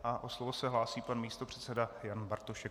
O slovo se hlásí pan místopředseda Jan Bartošek.